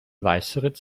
weißeritz